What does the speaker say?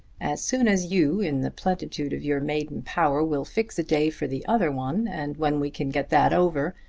as soon as you, in the plentitude of your maiden power, will fix a day for the other one, and when we can get that over,